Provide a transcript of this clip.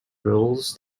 rules